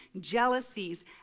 jealousies